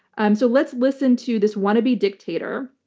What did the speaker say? um so let's listen to this wannabe dictator,